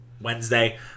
Wednesday